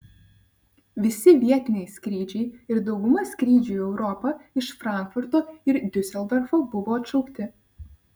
visi vietiniai skrydžiai ir dauguma skrydžių į europą iš frankfurto ir diuseldorfo buvo atšaukti